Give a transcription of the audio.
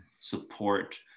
support